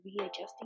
readjusting